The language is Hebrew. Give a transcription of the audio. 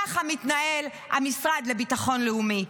ככה מתנהל המשרד לביטחון לאומי.